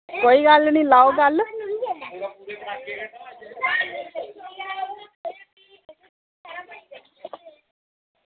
कोई गल्ल निं लाओ गल्ल